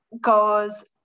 goes